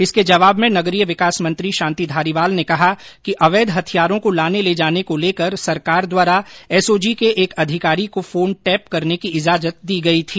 इसके जवाब में नगरीय विकास मंत्री शांति धारीवाल ने कहा कि अवैध हथियारों को लाने लेजाने को लेकर सरकार द्वारा एसओजी के एक अधिकारी को फोन टेप करने की इजाजत दी गई थी